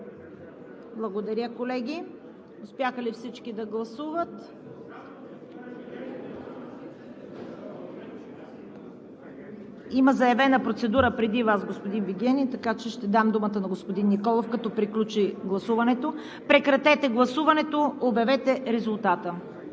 Благодаря, колеги. Успяха ли всички да гласуват? (Шум и реплики.) Има заявена процедура преди Вас, господин Вигенин, така че ще дам думата на господин Николов, като приключи гласуването. Прекратете гласуването, обявете резултата.